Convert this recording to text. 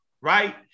right